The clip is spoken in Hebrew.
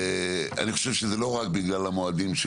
אני חושב שזה לא רק בגלל המועדים של